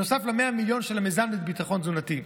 נוסף ל-100 מיליון שקלים של המיזם לביטחון תזונתי.